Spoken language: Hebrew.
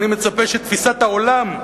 אני מצפה שתפיסת העולם,